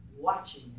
watching